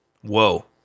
Whoa